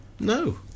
No